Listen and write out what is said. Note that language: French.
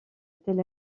tel